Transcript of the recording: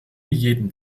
jeden